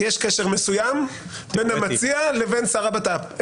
יש קשר מסוים בין המציע לבין שר לבין השר לביטחון לאומי.